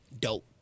dope